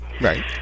right